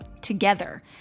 together